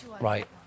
Right